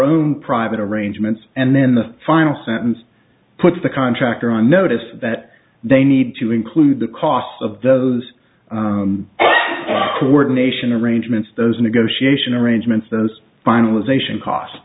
own private arrangements and then the final sentence puts the contractor on notice that they need to include the cost of those poor nation arrangements those negotiation arrangements those finalization cost